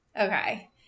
okay